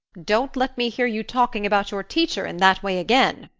don't let me hear you talking about your teacher in that way again,